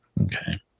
Okay